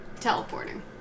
teleporting